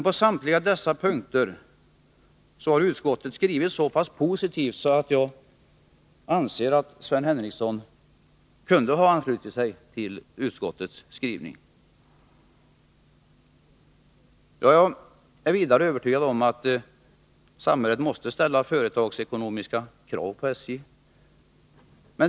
På samtliga dessa punkter har utskottet skrivit så positivt att jag anser att Sven Henricsson kunde ha anslutit sig till utskottets skrivning. Jag är vidare övertygad om att samhället måste ställa företagsekonomiska krav på SJ.